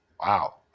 wow